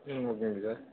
ம் ஓகேங்க சார்